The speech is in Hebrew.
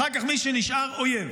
אחר כך מי שנשאר, אויב,